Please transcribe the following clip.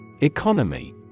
Economy